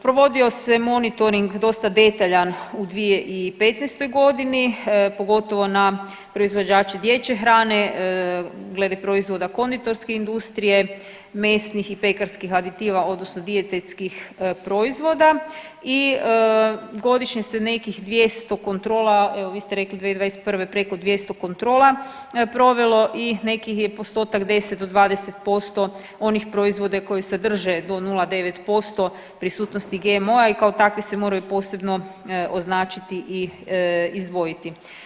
Provodio se monitoring dosta detaljan u 2015. g., pogotovo na proizvođače dječje hrane, glede proizvoda konditorske industrije, mesnih i pekarskih aditiva odnosno dijetetskih proizvoda i godišnje se nekih 200 kontrola, evo, vi ste rekli 2021. preko 200 kontrola provelo i nekih je postotak 10 do 20% onih proizvoda koji sadrže do 0,9% prisutnosti GMO-a i kao takvi se moraju posebno označiti i izdvojiti.